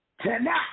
Tonight